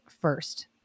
first